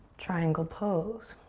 triangle pose.